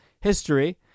history